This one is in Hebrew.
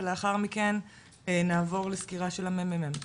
ולאחר מכן אנחנו נעבור לסקירה של הממ"מ.